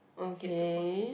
okay